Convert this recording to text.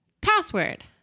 Password